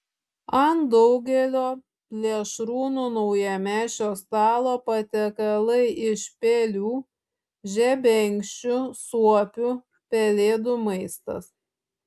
ant daugelio plėšrūnų naujamečio stalo patiekalai iš pelių žebenkščių suopių pelėdų maistas